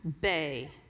Bay